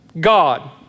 God